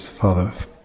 father